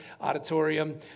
auditorium